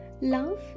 Love